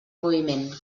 moviment